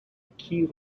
key